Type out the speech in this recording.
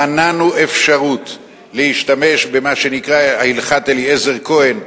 מנענו אפשרות להשתמש במה שנקרא "הלכת אליעזר כהן",